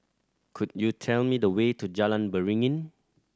could you tell me the way to Jalan Beringin